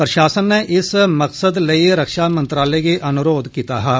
प्रशासन नै इस मकसद लेई रक्षा मंत्रालय गी अनुरोध कीता हा